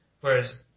Whereas